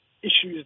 issues